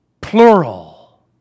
plural